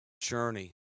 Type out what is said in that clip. journey